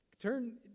Turn